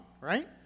right